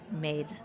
made